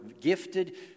gifted